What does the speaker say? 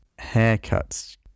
haircuts